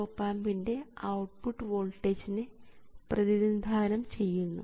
VTEST op ആമ്പിൻറെ output വോൾട്ടേജിനെ പ്രതിനിധാനം ചെയ്യുന്നു